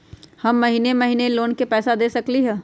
हम महिने महिने लोन के पैसा दे सकली ह?